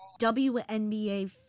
WNBA